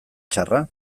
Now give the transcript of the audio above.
txarra